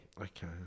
Okay